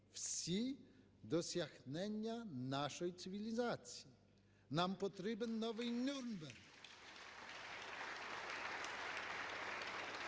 всі досягнення нашої цивілізації. Нам потрібен новий Нюрнберг,